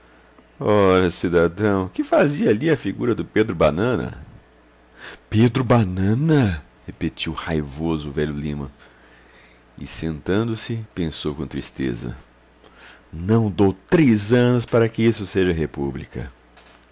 ora cidadão que fazia ali a figura do pedro banana pedro banana repetiu raivoso o velho lima e sentando-se pensou com tristeza não dou três anos para que isso seja república